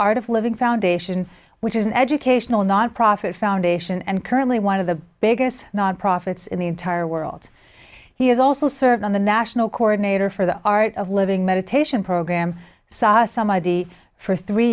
art of living foundation which is an educational nonprofit foundation and currently one of the biggest non profits in the entire world he has also served on the national coordinator for the art of living meditation program saw somebody for three